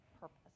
purpose